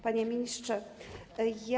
Panie Ministrze!